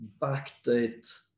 backdate